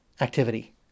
activity